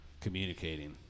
communicating